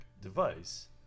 device